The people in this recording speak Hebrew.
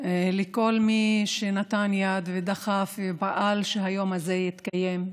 מי שנתן יד ודחף ופעל לכך שהיום הזה יתקיים.